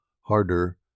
Harder